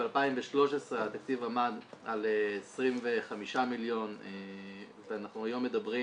ב-2013 התקציב עמד על 25 מיליון ואנחנו היום מדברים